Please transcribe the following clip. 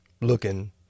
looking